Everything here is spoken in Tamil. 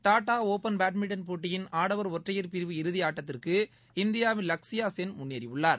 டாடாஒப்பன் பேட்மின்டன் போட்டியின் ஆடவர் ஒற்றையர் பிரிவு இறுதியாட்டத்திற்கு இந்தியாவின் லக்ஸியாசென் முன்னேறியுள்ளார்